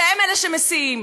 שהם שמשיאים.